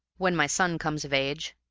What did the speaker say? when my son comes of age.